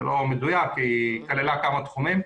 זה לא מדויק כי היא כללה כמה תחומים.